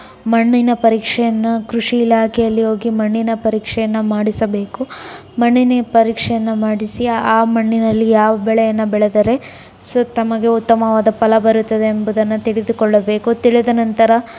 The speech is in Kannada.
ಮಣ್ಣಿನ ಪರೀಕ್ಷೆಯನ್ನು ಕೃಷಿ ಇಲಾಖೆಯಲ್ಲಿ ಹೋಗಿ ಮಣ್ಣಿನ ಪರೀಕ್ಷೆಯನ್ನು ಮಾಡಿಸಬೇಕು ಮಣ್ಣಿನ ಪರೀಕ್ಷೆಯನ್ನು ಮಾಡಿಸಿ ಆ ಮಣ್ಣಿನಲ್ಲಿ ಯಾವ ಬೆಳೆಯನ್ನು ಬೆಳೆದರೆ ಸೊ ತಮಗೆ ಉತ್ತಮವಾದ ಫಲ ಬರುತ್ತದೆ ಎಂಬುದನ್ನು ತಿಳಿದುಕೊಳ್ಳಬೇಕು ತಿಳಿದ ನಂತರ